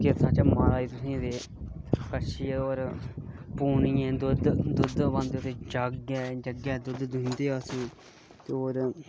केह् सुनाचै महाराज तुसें गी पूनियै कन्नै दुद्ध पांदे जग्गै कन्नै दुद्ध पांदे होर